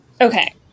Okay